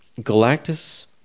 Galactus